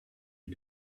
you